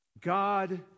God